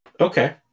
Okay